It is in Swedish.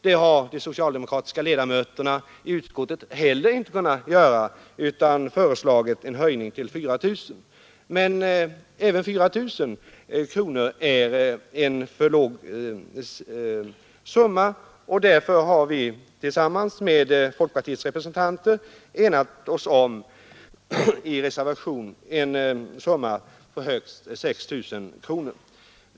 Det har de socialdemokratiska ledamöterna i utskottet heller inte kunnat göra, utan de har föreslagit en höjning till 4 000 kronor. Men även 4 000 är en för låg summa, och därför har vi tillsammans med folkpartiets representanter enat oss om att i reservation föreslå en höjning till 6 000 kronor.